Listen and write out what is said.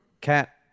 cat